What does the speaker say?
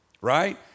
right